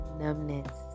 numbness